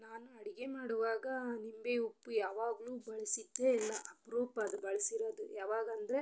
ನಾನು ಅಡಿಗೆ ಮಾಡುವಾಗ ನಿಂಬೆ ಉಪ್ಪು ಯಾವಾಗಲೂ ಬಳಸಿದ್ದೇ ಇಲ್ಲ ಅಪರೂಪ ಅದು ಬಳಸಿರೋದು ಯಾವಾಗಂದರೆ